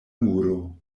muro